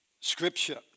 scripture